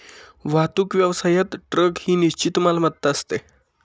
वाहतूक व्यवसायात ट्रक ही निश्चित मालमत्ता असते